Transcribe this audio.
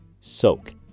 soak